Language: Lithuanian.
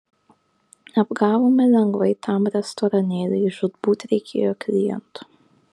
apgavome lengvai tam restoranėliui žūtbūt reikėjo klientų